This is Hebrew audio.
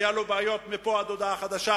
היו לו בעיות מפה ועד הודעה חדשה.